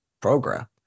program